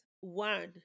One